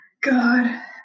God